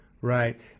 Right